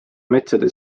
metsade